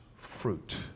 fruit